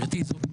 בוקר טוב לכולם.